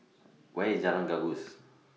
Where IS Jalan Gajus